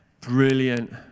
Brilliant